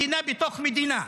מדינה בתוך מדינה?